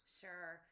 sure